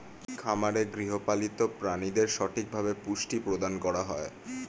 খামারে গৃহপালিত প্রাণীদের সঠিকভাবে পুষ্টি প্রদান করা হয়